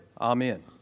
Amen